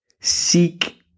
seek